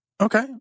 Okay